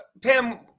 Pam